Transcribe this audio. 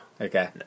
Okay